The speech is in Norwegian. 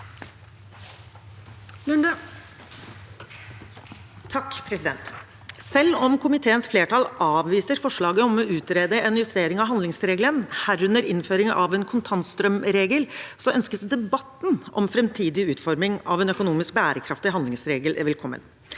Selv om komiteens flertall avviser forslaget om å utrede en justering av handlingsregelen, herunder innføring av en kontantstrømregel, ønskes debatten om framtidig utforming av en økonomisk bærekraftig handlingsregel velkommen.